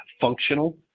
functional